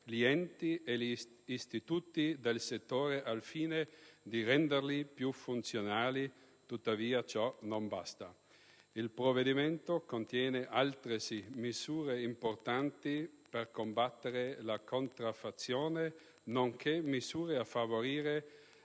gli enti e gli istituti del settore al fine di renderli più funzionali. Tuttavia, ciò non basta. Il provvedimento contiene, altresì, misure importanti per combattere la contraffazione, nonché misure a favore